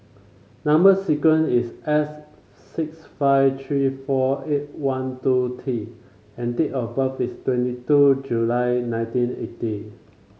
number sequence is S six five three four eight one two T and date of birth is twenty two July nineteen eighty